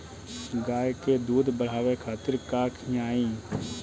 गाय के दूध बढ़ावे खातिर का खियायिं?